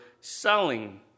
selling